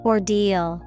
Ordeal